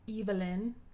Evelyn